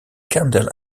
candle